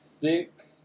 thick